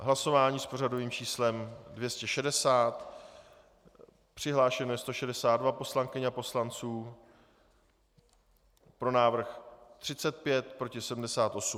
Hlasování s pořadovým číslem 260, přihlášeno je 162 poslankyň a poslanců, pro návrh 35, proti 78.